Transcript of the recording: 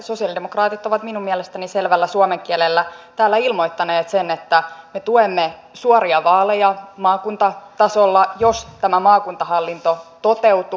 sosialidemokraatit ovat minun mielestäni selvällä suomen kielellä täällä ilmoittaneet sen että me tuemme suoria vaaleja maakuntatasolla jos tämä maakuntahallinto toteutuu